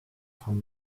von